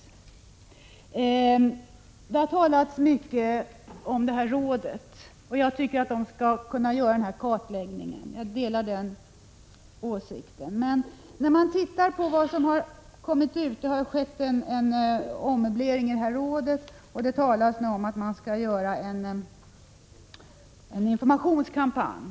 Det har talats mycket om det alkoholoch narkotikapolitiska rådet. Jag tycker att rådet skall kunna göra den aktuella kartläggningen — jag delar den åsikten. Det har skett en ommöblering i rådet, och det talas om att man skulle göra en informationskampanj.